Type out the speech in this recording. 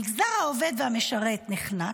המגזר העובד והמשרת נחנק,